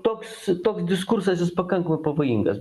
toks toks diskursas jis pakankamai pavojingas